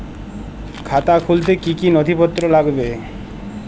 খাতা খুলতে কি কি নথিপত্র লাগবে?